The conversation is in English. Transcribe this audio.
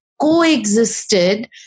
coexisted